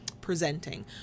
presenting